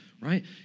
right